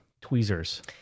tweezers